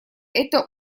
это